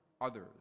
others